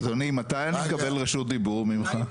אדוני מתי אני מקבל רשות דיבור ממך?